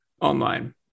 online